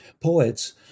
poets